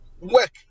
work